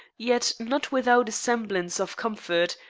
yet not without a semblance of comfort,